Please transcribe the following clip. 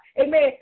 amen